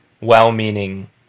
well-meaning